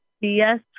Yes